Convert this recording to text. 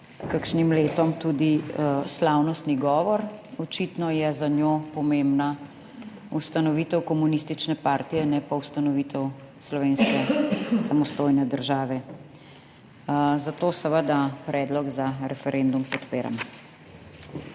kakšnim letom tudi slavnostni govor. Očitno je za njo pomembna ustanovitev komunistične partije, ne pa ustanovitev slovenske samostojne države. Zato seveda predlog za referendum podpiram.